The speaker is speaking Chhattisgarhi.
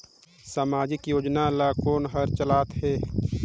समाजिक योजना ला कोन हर चलाथ हे?